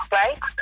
right